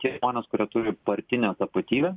tie žmonės kurie turi partinę tapatybę